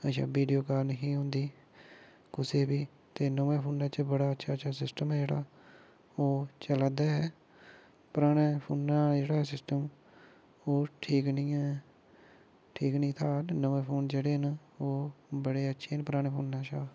अच्छा video call निं ही होंदी कुसै बी ते नमें फोनै च बड़ा अच्छा अच्छा सिस्टम ऐ जेह्ड़ा ओह् चला दा ऐ पराने फोनें च जेह्ड़ा सिस्टम ओह् ठीक निं ऐ ठीक निं था नमें फोन जेह्डे़ न ओह् बडे़ अच्छे न पराने फोनै शा